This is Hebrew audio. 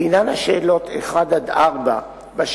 לעניין השאלות 1 עד 4 בשאילתא,